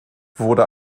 wurde